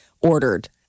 ordered